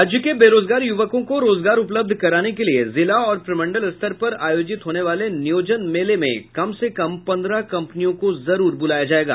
राज्य के बेरोजगार युवकों को रोजगार उपलब्ध कराने के लिए जिला और प्रमंडल स्तर पर आयोजित होने वाले नियोजन मेले में कम से कम पन्द्रह कंपनियों को जरूर बुलाया जायेगा